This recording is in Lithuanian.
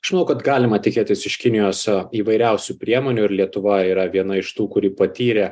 aš manau kad galima tikėtis iš kinijos įvairiausių priemonių ir lietuva yra viena iš tų kuri patyrė